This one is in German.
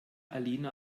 alina